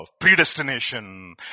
predestination